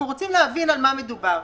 אנחנו רוצים להבין על מה מדובר.